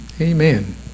Amen